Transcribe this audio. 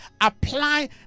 apply